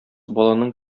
баланың